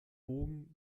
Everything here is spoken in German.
wogen